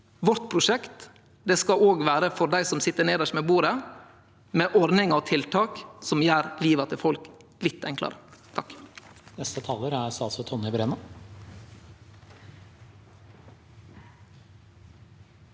Vårt prosjekt skal òg vere for dei som sit nedst ved bordet, med ordningar og tiltak som gjer livet til folk litt enklare.